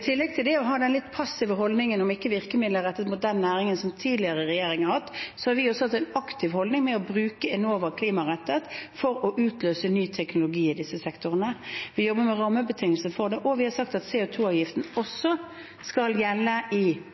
tillegg til det å ha den litt passive holdningen om hvilke virkemidler rettet mot den næringen, som tidligere regjeringer har hatt, har vi også hatt en aktiv holdning ved å bruke Enova klimarettet for å utløse ny teknologi i disse sektorene. Vi jobber med rammebetingelser for det, og vi har sagt at CO 2 -avgiften også skal gjelde i